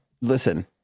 Listen